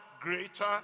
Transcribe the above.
greater